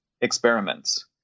experiments